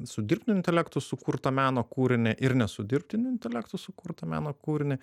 su dirbtiniu intelektu sukurtą meno kūrinį ir ne su dirbtiniu intelektu sukurtą meno kūrinį